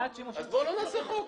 אז בואו לא נעשה חוק,